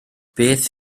beth